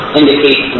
indicate